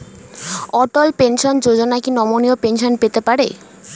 অটল pension Yojana কি নমনীয় pension পেতে পারে?